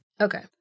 Okay